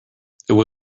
there